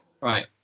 Right